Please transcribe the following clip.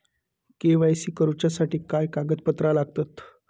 KYC करूच्यासाठी काय कागदपत्रा लागतत?